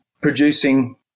producing